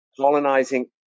colonizing